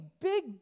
big